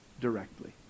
directly